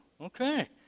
okay